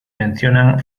mencionan